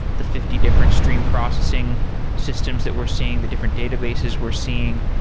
the fifty different stream processing systems that we're seeing, the different databases we're seeing,